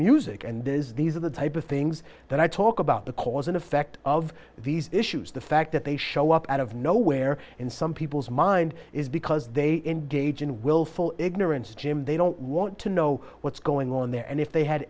is these are the type of things that i talk about the cause and effect of these issues the fact that they show up out of nowhere in some people's mind is because they engage in willful ignorance jim they don't want to know what's going on there and if they had